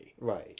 Right